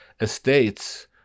estates